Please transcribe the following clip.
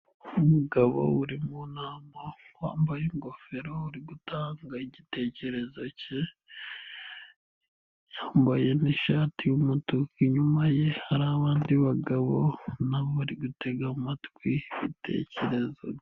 Umugabo uri mu nama wambaye ingofero uri gutanga igitekerezo ke, yambaye n'ishati y'umutuku, inyuma ye hari abandi bagabo nabo bari gutega amatwi ibitekerezo bye.